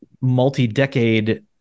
multi-decade